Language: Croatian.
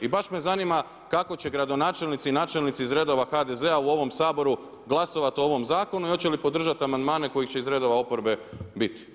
I baš me zanima kako će gradonačelnici i načelnici iz redova HDZ-a u ovom Saboru glasovat o ovom zakonu i hoće li podržat amandmane kojih će iz redova oporbe biti?